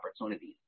opportunities